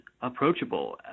approachable